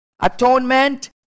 atonement